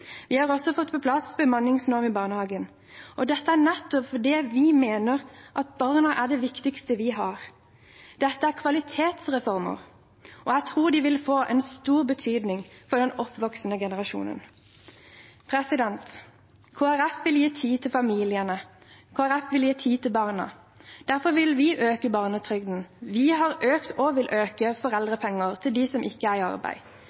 Vi har også fått på plass en bemanningsnorm i barnehagen. Dette er nettopp fordi vi mener at barna er det viktigste vi har. Dette er kvalitetsreformer, og jeg tror de vil få en stor betydning for den oppvoksende generasjon. Kristelig Folkeparti vil gi tid til familiene. Kristelig Folkeparti vil gi tid til barna. Derfor vil vi øke barnetrygden. Vi har økt og vil øke foreldrepengene til dem som ikke er i arbeid.